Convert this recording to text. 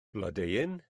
blodeuyn